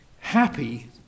Happy